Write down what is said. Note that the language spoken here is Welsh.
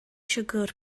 siwgr